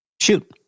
Shoot